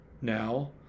now